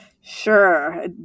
Sure